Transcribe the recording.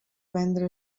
vendre